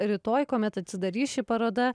rytoj kuomet atsidarys ši paroda